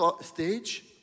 stage